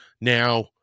now